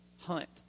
hunt